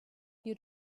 you